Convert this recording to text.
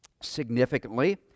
significantly